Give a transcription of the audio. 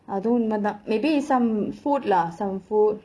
அதும் உண்மதான்:athum unmathaan maybe some food lah some food